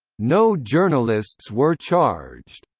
no journalists were charged.